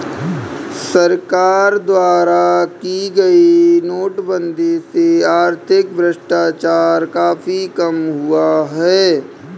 सरकार द्वारा की गई नोटबंदी से आर्थिक भ्रष्टाचार काफी कम हुआ है